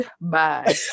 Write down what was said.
bye